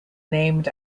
named